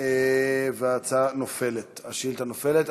וההצעה נופלת, השאילתה נופלת.